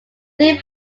theme